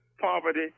Poverty